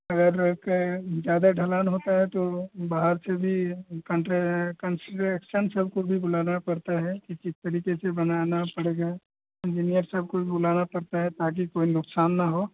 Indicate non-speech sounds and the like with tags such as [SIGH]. अगर ज़्यादा ढलान होता है तो बाहर से भी [UNINTELLIGIBLE] सबको भी बुलाना पड़ता है किस तरीके से बनाना पड़ेगा इन्जीनियर सबको भी बुलाना पड़ता है ताकि कोई नुकसान न हो